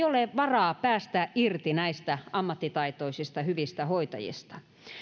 ole varaa päästää irti näistä ammattitaitoisista hyvistä hoitajista